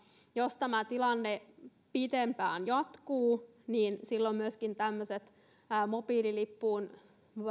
jos tämä tilanne pitempään jatkuu niin silloin myöskin tämmöiset mobiililippuun